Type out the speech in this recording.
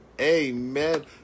amen